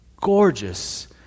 gorgeous